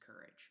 courage